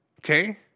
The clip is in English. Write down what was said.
Okay